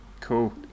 Cool